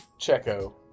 Checo